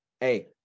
hey